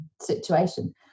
situation